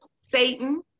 Satan